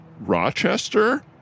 Rochester